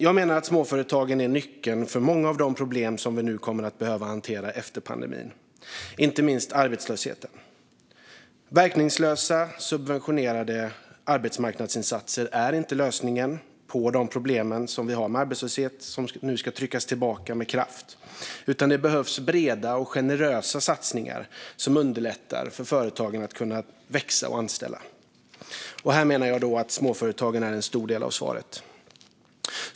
Jag menar att småföretagen är nyckeln när det gäller många av de problem vi kommer att behöva hantera efter pandemin, inte minst arbetslösheten. Verkningslösa subventionerade arbetsmarknadsinsatser är inte lösningen på de problem vi har med arbetslöshet som nu ska tryckas tillbaka med kraft, utan det behövs breda och generösa satsningar som underlättar för företagen att växa och anställa. Här menar jag att småföretagen är en stor del av svaret.